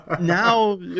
Now